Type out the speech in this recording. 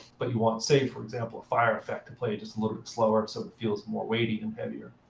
but you want, say, for example, a fire effect to play just a little bit slower so it feels more weighty and heavier.